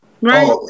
Right